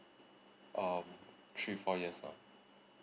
um three four years lah